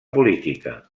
política